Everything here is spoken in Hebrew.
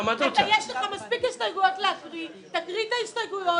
איזו סמכות אני נותן לשר?